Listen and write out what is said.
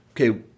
okay